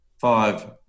five